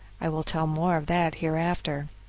i will tell more of that hereafter.